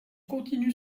continue